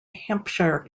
hampshire